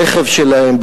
ברכב שלהם,